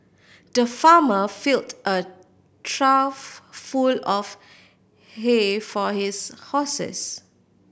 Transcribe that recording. the farmer filled a trough full of hay for his horses